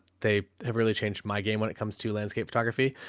they have really changed my game when it comes to landscape photography.